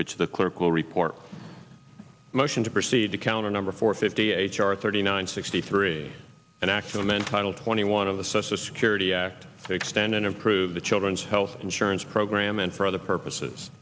which the clerk will report a motion to proceed to counter number four fifty h r thirty nine sixty three an actual mental twenty one of the social security act extend and improve the children's health insurance program and for other purposes